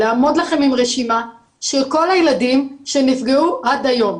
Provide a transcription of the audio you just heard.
לעמוד לכם עם רשימה של כל הילדים שנפגעו עד היום.